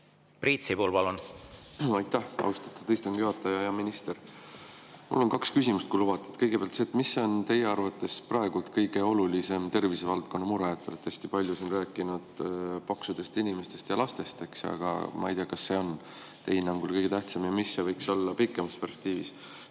Priit Sibul, palun! Aitäh, austatud istungi juhataja! Hea minister! Mul on kaks küsimust, kui lubate. Kõigepealt, et mis on teie arvates praegu kõige olulisem tervisevaldkonna mure? Te olete hästi palju siin rääkinud paksudest inimestest ja lastest, aga ma ei tea, kas see on teie hinnangul kõige tähtsam, ja mis see võiks olla pikemas perspektiivis.